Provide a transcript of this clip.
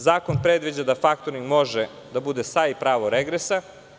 Zakon predviđa da faktoring može da bude sa i pravo regresa.